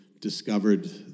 discovered